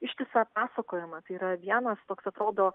ištisą pasakojimą tai yra vienas toks atrodo